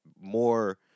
more